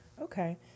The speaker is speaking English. Okay